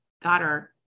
daughter